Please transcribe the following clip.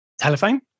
telephone